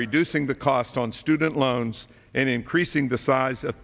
reducing the cost on student loans and increasing the size of